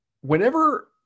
whenever